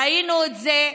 ראינו את זה.